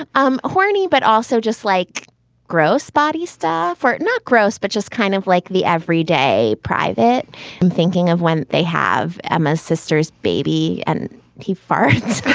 um horny but also just like gross body stuff for not gross, but just kind of like the everyday private i'm thinking of. when they have emma's sisters, baby and he farts,